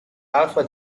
alpha